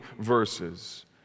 verses